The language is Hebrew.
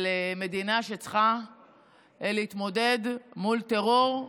על מדינה שצריכה להתמודד מול טרור,